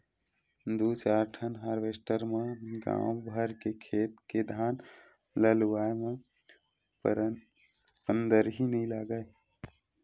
दू चार ठन हारवेस्टर म गाँव भर के खेत के धान ल लुवाए म पंदरही नइ लागय